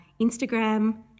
Instagram